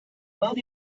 will